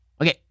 Okay